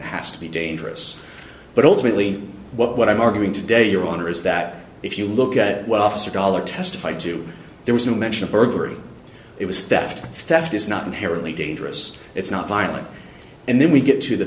has to be dangerous but ultimately what i'm arguing today your honor is that if you look at what officer dollar testified to there was no mention of burglary it was theft theft is not inherently dangerous it's not violent and then we get to the